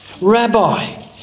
Rabbi